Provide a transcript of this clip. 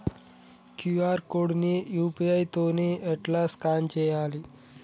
QR code ని UPI తోని ఎట్లా స్కాన్ చేయాలి?